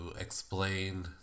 explain